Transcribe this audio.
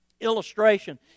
illustration